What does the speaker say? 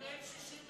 אם אין 61,